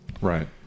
right